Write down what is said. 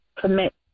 commit